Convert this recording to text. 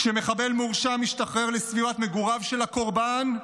כשמחבל מורשע משתחרר לסביבת מגוריו של הקורבן,